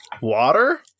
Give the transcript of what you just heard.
Water